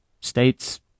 states